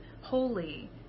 holy